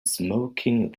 smoking